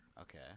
Okay